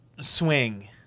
swing